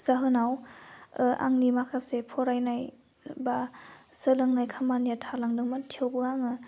जाहोनाव आंनि माखासे फरायनाय बा सोलोंनाय खामानिया थालांदोंमोन थेवबो आङो